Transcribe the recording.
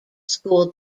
school